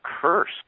curse